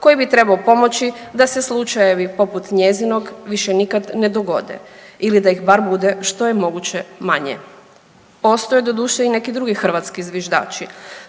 koji bi trebao pomoći da se slučajevi poput njezinog više nikad ne dogode ili da ih bar bude što je moguće manje. Postoje doduše i neki drugi hrvatski zviždači